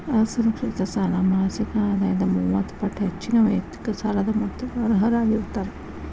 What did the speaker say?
ಅಸುರಕ್ಷಿತ ಸಾಲ ಮಾಸಿಕ ಆದಾಯದ ಮೂವತ್ತ ಪಟ್ಟ ಹೆಚ್ಚಿನ ವೈಯಕ್ತಿಕ ಸಾಲದ ಮೊತ್ತಕ್ಕ ಅರ್ಹರಾಗಿರ್ತಾರ